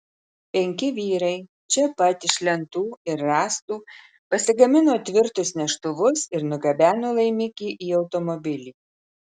penki vyrai čia pat iš lentų ir rąstų pasigamino tvirtus neštuvus ir nugabeno laimikį į automobilį